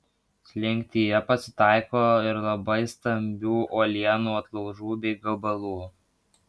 slinktyje pasitaiko ir labai stambių uolienų atlaužų bei gabalų